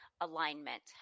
alignment